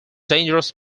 dangerous